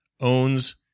owns